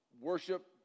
worship